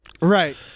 Right